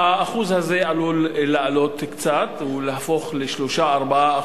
האחוז הזה עלול לעלות קצת ולהפוך ל-3% 4%,